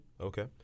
Okay